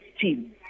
team